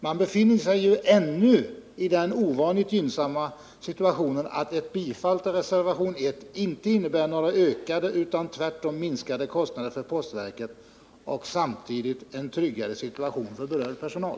Man befinner sig ännu i den ovanligt gynnsamma situationen att ett bifall till reservationen 1 inte innebär ökade utan tvärtom minskade kostnader för postverket och samtidigt en tryggare situation för berörd personal.